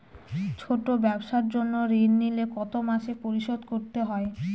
ছোট ব্যবসার জন্য ঋণ নিলে কত মাসে পরিশোধ করতে হয়?